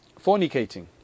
fornicating